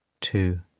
two